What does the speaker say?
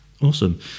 Awesome